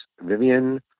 Vivian